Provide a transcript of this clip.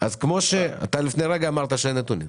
אתה לפני רגע אמרת שאין נתונים.